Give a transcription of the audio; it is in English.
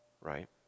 right